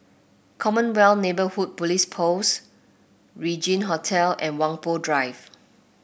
Commonwealth Neighbourhood Police Post Regin Hotel and Whampoa Drive